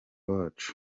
wacu